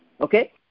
okay